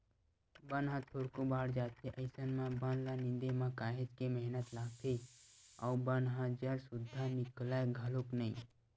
बन ह थोरको बाड़ जाथे अइसन म बन ल निंदे म काहेच के मेहनत लागथे अउ बन ह जर सुद्दा निकलय घलोक नइ